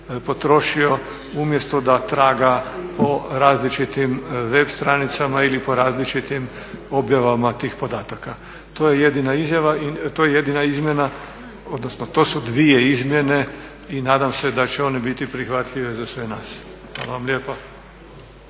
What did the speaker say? potrošio umjesto da traga po različitim web stranicama ili po različitim objavama tih podataka. To je jedina izmjena odnosno to su dvije izmjene i nadam se da će one biti prihvatljive za sve nas. Hvala vam lijepa.